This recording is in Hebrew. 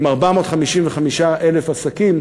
עם 455,000 עסקים,